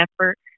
effort